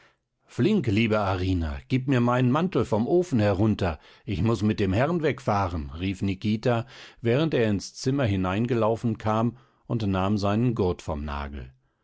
flink liebe arina gib mir meinen mantel vom ofen herunter ich muß mit dem herrn wegfahren rief nikita während er ins zimmer hineingelaufen kam und nahm seinen gurt vom nagel